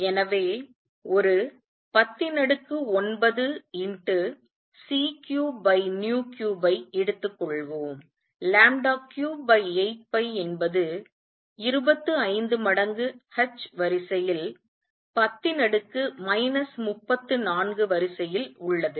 எனவே ஒரு 109c33 ஐ எடுத்துக்கொள்வோம் 38π என்பது 25 மடங்கு h வரிசையில் 10 34வரிசையில் உள்ளது